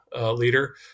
leader